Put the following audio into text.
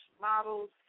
models